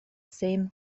same